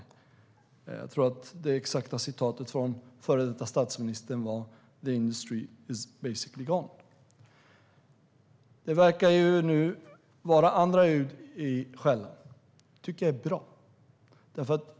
Jag tror att det exakta citatet från före detta statsministern var: The industry is basically gone. Det verkar nu vara andra ljud i skällan. Det tycker jag är bra.